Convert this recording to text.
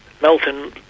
Melton